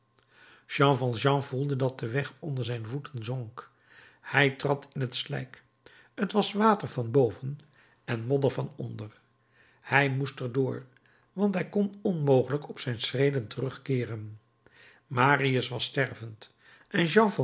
jean valjean voelde dat de weg onder zijn voeten zonk hij trad in het slijk t was water van boven en modder van onder hij moest er door want hij kon onmogelijk op zijn schreden terugkeeren marius was stervend en